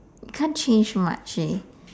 can't change much leh